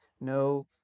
no